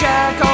Jack